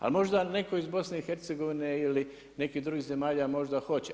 Ali možda neko iz BiH ili neki drugih zemalja možda hoće.